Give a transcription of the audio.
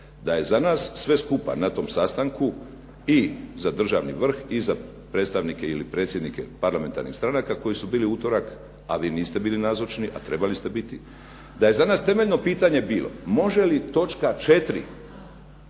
da je za nas sve skupa na tom sastanku i za državni vrh i za predstavnike ili predsjednike parlamentarnih stranaka koji su bili u utorak a vi niste bili nazočni a trebali ste biti, da je za nas temeljno pitanje bilo može li točka 4.